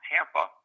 Tampa